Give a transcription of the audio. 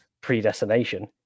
predestination